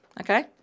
okay